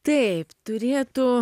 taip turėtų